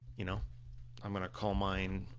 you know i'm gonna call mine,